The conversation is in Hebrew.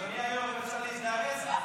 גם הסתייגות זו הוסרה.